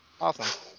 Awesome